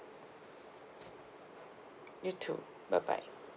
you too bye bye